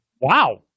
Wow